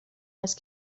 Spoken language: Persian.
است